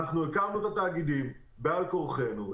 הקמנו את התאגידים בעל-כורחנו,